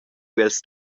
els